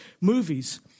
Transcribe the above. movies